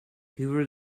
hoover